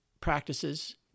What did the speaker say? practices